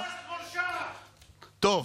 מורשע,